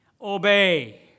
obey